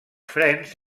frens